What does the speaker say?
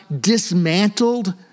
dismantled